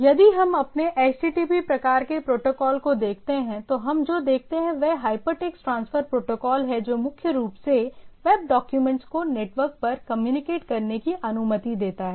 यदि हम अपने HTTP प्रकार के प्रोटोकॉल को देखते हैं तो हम जो देखते हैं वह हाइपरटेक्स्ट ट्रांसफर प्रोटोकॉल है जो मुख्य रूप से वेब डाक्यूमेंट्स को नेटवर्क पर कम्युनिकेट करने की अनुमति देता है